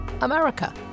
America